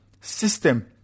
system